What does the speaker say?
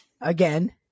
Again